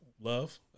Love